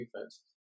defense